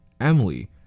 Emily